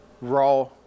Raw